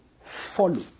follow